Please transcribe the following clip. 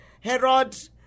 Herod